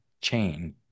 chain